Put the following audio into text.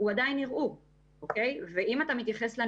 אני רק רוצה לדייק משהו אחד כדי להבין שאנחנו מדברים על אותם